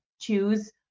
choose